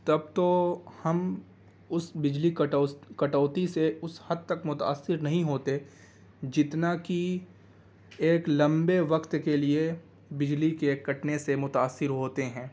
تب تو ہم اس بجلی کٹوتی سے اس حد تک متأثر نہیں ہوتے جتنا کہ ایک لمبے وقت کے لیے بجلی کے کٹنے سے متأثر ہوتے ہیں